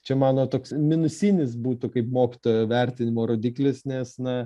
čia mano toks minusinis būtų kaip mokytojo vertinimo rodiklis nes na